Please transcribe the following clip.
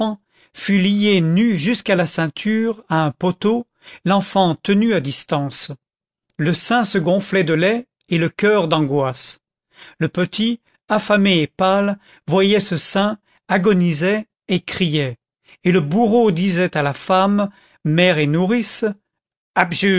fut liée nue jusqu'à la ceinture à un poteau l'enfant tenu à distance le sein se gonflait de lait et le coeur d'angoisse le petit affamé et pâle voyait ce sein agonisait et criait et le bourreau disait à la femme mère et